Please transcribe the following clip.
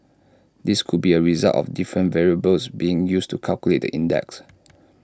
this could be A result of different variables being used to calculate index